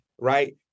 right